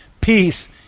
Peace